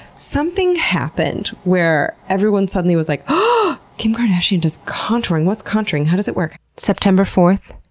something happened where everyone suddenly was like, ah kim kardashian does contouring! what's contouring? how does it work? september four,